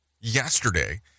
yesterday